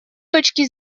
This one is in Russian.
точки